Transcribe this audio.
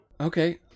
Okay